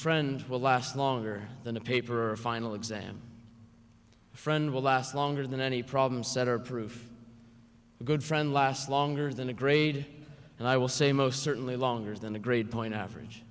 friend will last longer than a paper or a final exam friend will last longer than any problem set or proof a good friend last longer than a grade and i will say most certainly longer than a grade point average